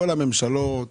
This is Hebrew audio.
כל הממשלות,